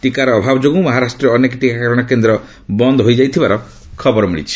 ଟିକାର ଅଭାବ ଯୋଗୁଁ ମହାରାଷ୍ଟ୍ରରେ ଅନେକ ଟିକାକରଣ କେନ୍ଦ୍ର ବନ୍ଦ ହୋଇଯାଇଥିବାର ଖବର ମିଳିଛି